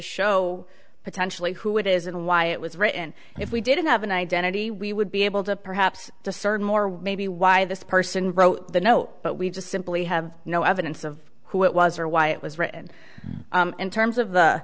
show potentially who it is and why it was written and if we didn't have an identity we would be able to perhaps discern more maybe why this person wrote the note but we just simply have no evidence of who it was or why it was written in terms of the